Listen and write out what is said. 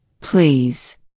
please